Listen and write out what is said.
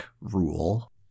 rule